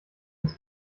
ins